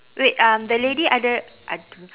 wait um the lady ada ada